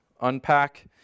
unpack